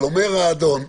אבל אומר האדון,